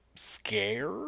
scare